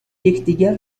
یکدیگر